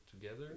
together